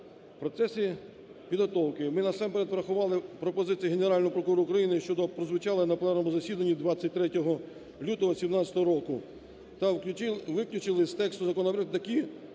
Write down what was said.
процесі підготовки ми насамперед врахували пропозиції Генерального прокурора України, що прозвучали на пленарному засіданні 23 лютого 2017 року та виключили з тексту законопроекту такі